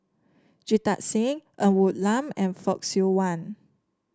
Jita Singh Ng Woon Lam and Fock Siew Wah